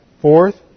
Fourth